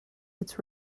its